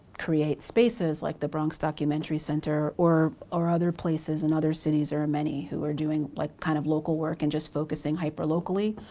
create spaces like the bronx documentary center or or other places in other cities. there are many who are doing like kind of local work and just focusing hyper-locally.